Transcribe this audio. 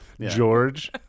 George